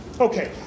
Okay